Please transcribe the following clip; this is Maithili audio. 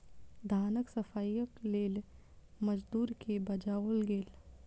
धानक सफाईक लेल मजदूर के बजाओल गेल